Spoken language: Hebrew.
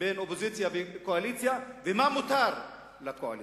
בין אופוזיציה לקואליציה ומה מותר לקואליציה.